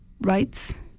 rights